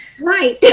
Right